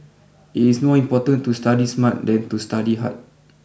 it is more important to study smart than to study hard